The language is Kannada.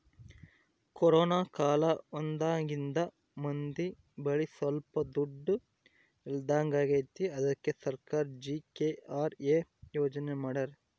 ಕೊರೋನ ಕಾಲ ಬಂದಾಗಿಂದ ಮಂದಿ ಬಳಿ ಸೊಲ್ಪ ದುಡ್ಡು ಇಲ್ದಂಗಾಗೈತಿ ಅದ್ಕೆ ಸರ್ಕಾರ ಜಿ.ಕೆ.ಆರ್.ಎ ಯೋಜನೆ ಮಾಡಾರ